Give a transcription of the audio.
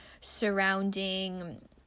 surrounding